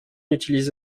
utilise